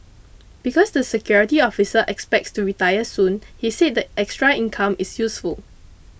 because the security officer expects to retire soon he said the extra income is useful